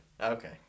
Okay